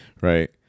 Right